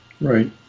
Right